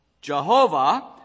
Jehovah